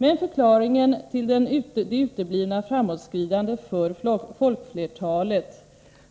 Men förklaringen till det uteblivna framåtskridandet för folkflertalet